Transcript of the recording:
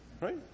Right